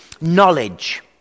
Knowledge